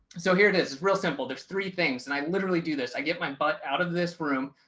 so here it is real simple. there's three things and i literally do this, i get my butt out of this room,